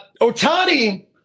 otani